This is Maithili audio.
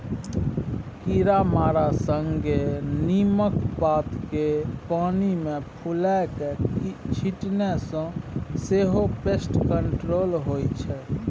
कीरामारा संगे नीमक पात केँ पानि मे फुलाए कए छीटने सँ सेहो पेस्ट कंट्रोल होइ छै